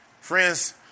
friends